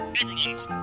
everyone's